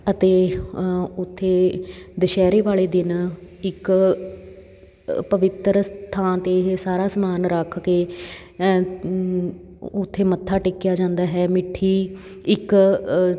ਅਤੇ ਉੱਥੇ ਦੁਸਹਿਰੇ ਵਾਲੇ ਦਿਨ ਇੱਕ ਪਵਿੱਤਰ ਸ ਥਾਂ 'ਤੇ ਇਹ ਸਾਰਾ ਸਮਾਨ ਰੱਖ ਕੇ ਉੱਥੇ ਮੱਥਾ ਟੇਕਿਆ ਜਾਂਦਾ ਹੈ ਮਿੱਠੀ ਇੱਕ